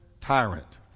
tyrant